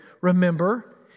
remember